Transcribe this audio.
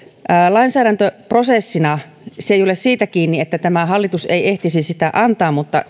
lainsäädäntöprosessista tämä ei ole siitä kiinni että tämä hallitus ei ehtisi tätä antaa mutta